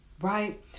right